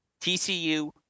TCU